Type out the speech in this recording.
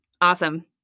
awesome